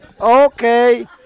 Okay